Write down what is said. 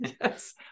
Yes